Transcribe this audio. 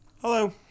Hello